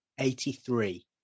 83